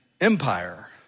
empire